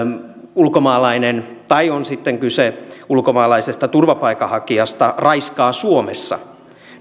ulkomaalainen tai on sitten kyse ulkomaalaisesta turvapaikanhakijasta raiskaa suomessa